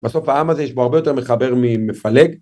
בסוף העם הזה יש בו הרבה יותר מחבר ממפלג.